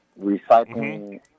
recycling